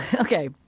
Okay